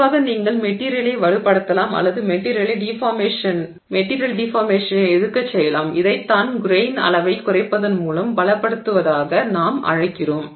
பொதுவாக நீங்கள் மெட்டிரியலை வலுப்படுத்தலாம் அல்லது மெட்டிரியலை டிஃபார்மேஷனை எதிர்க்கச் செய்யலாம் இதைத்தான் கிரெய்ன் அளவைக் குறைப்பதன் மூலம் பலப்படுத்துவதாக நாம் அழைக்கிறோம்